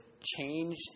changed